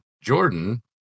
Jordan